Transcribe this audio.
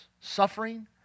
suffering